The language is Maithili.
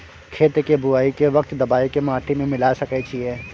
खेत के बुआई के वक्त दबाय के माटी में मिलाय सके छिये?